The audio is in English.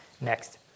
next